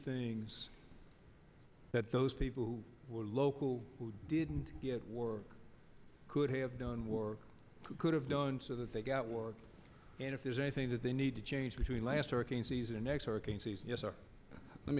things that those people who were local who didn't get work could have done work who could have done so that they got work and if there's anything that they need to change between last hurricane season next hurricane season yes or let